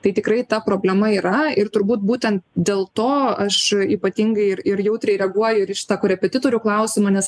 tai tikrai ta problema yra ir turbūt būtent dėl to aš ypatingai ir ir jautriai reaguoju ir į šitą korepetitorių klausimą nes